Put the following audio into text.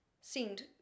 seemed